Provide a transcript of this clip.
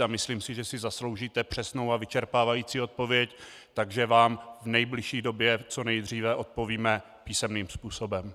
A myslím si, že si zasloužíte přesnou a vyčerpávající odpověď, takže vám v nejbližší době co nejdříve odpovíme písemným způsobem.